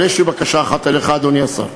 אבל יש לי בקשה אחת אליך, אדוני השר.